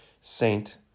saint